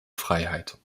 freiheit